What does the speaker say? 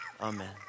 Amen